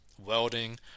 welding